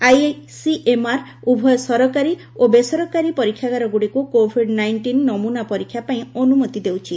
ICMR ଉଭୟ ସରକାରୀ ଓ ବେସରକାରୀ ପରୀକ୍ଷାଗାରଗୁଡ଼ିକୁ କୋଭିଡ୍ ନାଇଷ୍ଟିନ୍ ନମୁନା ପରୀକ୍ଷା ପାଇଁ ଅନ୍ଦମତି ଦେଉଛି